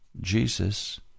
Jesus